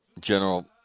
General